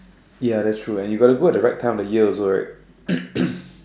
ya that's true and you got to go at the right time of the year also right